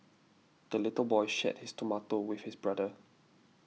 the little boy shared his tomato with his brother